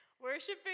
worshiping